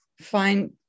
find